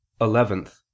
eleventh